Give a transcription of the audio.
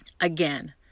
Again